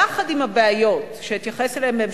יחד עם הבעיות שאתייחס אליהן בהמשך,